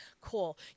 Cool